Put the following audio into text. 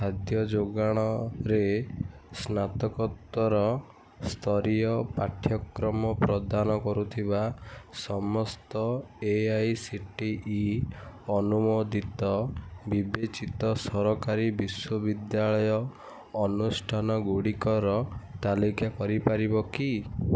ଖାଦ୍ୟ ଯୋଗାଣରେ ସ୍ନାତକତର ସ୍ତରୀୟ ପାଠ୍ୟକ୍ରମ ପ୍ରଦାନ କରୁଥିବା ସମସ୍ତ A I C T E ଅନୁମୋଦିତ ବିବେଚିତ ସରକାରୀ ବିଶ୍ୱବିଦ୍ୟାଳୟ ଅନୁଷ୍ଠାନ ଗୁଡ଼ିକର ତାଲିକା କରିପାରିବ କି